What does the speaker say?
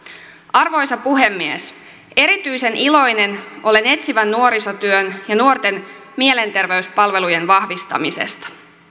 arvoisa puhemies erityisen iloinen olen etsivän nuorisotyön ja nuorten mielenterveyspalvelujen vahvistamisesta